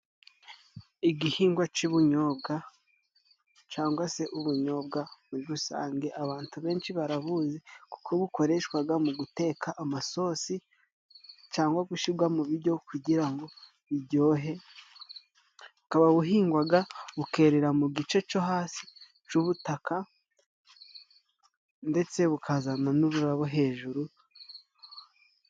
Igihingwa cy'ubunyobwa cangwa se ubunyobwa. Muri rusange abantu benshi barabuzi, kuko bukoreshwaga mu guteka amasosi cyangwa gushyirwa mu biryo kugira ngo biryohe. Bukaba buhingwaga bukererera mu gice cyo hasi c'ubutaka, ndetse bukazana n'ururabo hejuru.